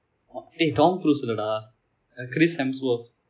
dey tom cruise இல்லடா:illadaa chris hemsworth